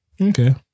Okay